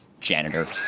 janitor